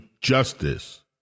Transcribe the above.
justice